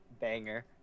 Banger